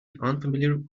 unfamiliar